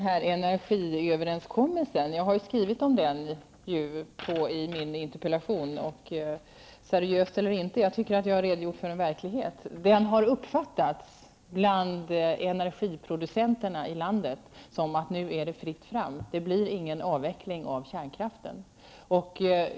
Herr talman! Jag har ju skrivit om energiöverenskommelsen i min interpellation. Seriöst eller inte så tycker jag att jag har redogjort för en verklighet. Den har uppfattats bland energiproducenterna i landet som att nu är det fritt fram, det blir ingen avveckling av kärnkraften.